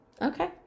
Okay